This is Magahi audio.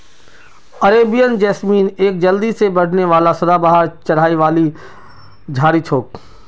अरेबियन जैस्मीन एक जल्दी से बढ़ने वाला सदाबहार चढ़ाई वाली झाड़ी छोक